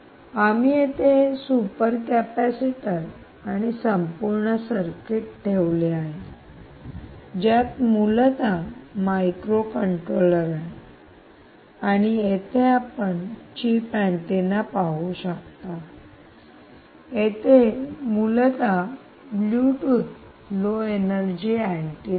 आम्ही येथे हे सुपर कॅपेसिटर आणि संपूर्ण सर्किट ठेवले आहे ज्यात मूलत मायक्रोकंट्रोलर आहे आणि येथे आपण चिप अँटिना पाहू शकता येथे मूलत ब्लूटूथ लो एनर्जी अँटिना आहे